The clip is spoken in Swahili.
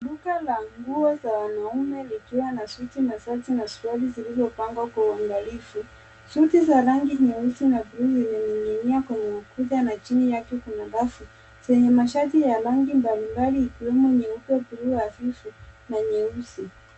Duka la nguo za wanaume likiwa na suti na soksi na koti zilizopangwa kwa uangalifu. Suti za rangi nyeusi na bluu iliyoning'inia kwenye ukuta na chini yake kuna rafu zenye mashati ya rangi mbalimbali ikiwemo nyeupe, bluu hafifu na nyeusi.